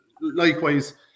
Likewise